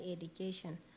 education